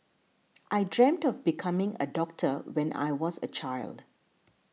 I dreamt of becoming a doctor when I was a child